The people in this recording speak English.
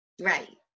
right